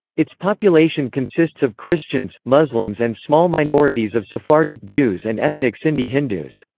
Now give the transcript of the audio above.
its population consists of christians, muslims and small minorities of sephardic jews and ethnic sindhi hindus.